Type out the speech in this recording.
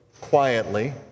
quietly